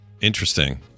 Interesting